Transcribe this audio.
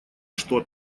что